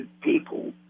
people